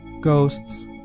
ghosts